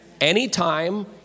Anytime